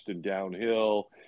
downhill